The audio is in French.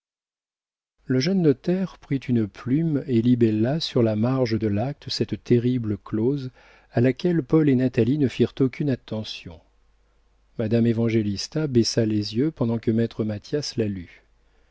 le jeune notaire prit une plume et libella sur la marge de l'acte cette terrible clause à laquelle paul et natalie ne firent aucune attention madame évangélista baissa les yeux pendant que maître mathias la lut